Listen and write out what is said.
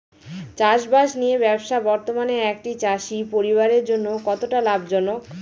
চাষবাষ নিয়ে ব্যবসা বর্তমানে একটি চাষী পরিবারের জন্য কতটা লাভজনক?